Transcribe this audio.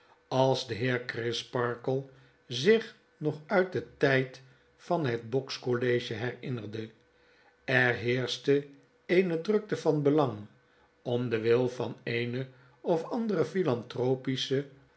als de heer crisparkle zich nog uit den tijd van het boks college herinnerde er heerschte eene drukte van belang om den wil van eene of andere philanthropische